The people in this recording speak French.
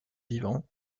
vivant